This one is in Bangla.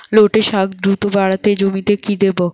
লটে শাখ দ্রুত বাড়াতে জমিতে কি দেবো?